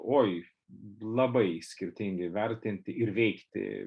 oi labai skirtingai vertinti ir veikti